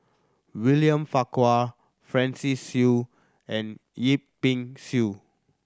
William Farquhar Francis Seow and Yip Pin Xiu